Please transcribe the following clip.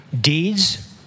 Deeds